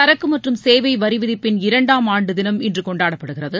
சரக்கு மற்றும் சேவை வரி விதிப்பின் இரண்டாம் ஆண்டு தினம் இன்று கொண்டாடப்படுகிறது